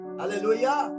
Hallelujah